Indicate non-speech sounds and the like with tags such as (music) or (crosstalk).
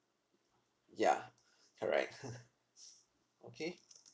ya correct (laughs) okay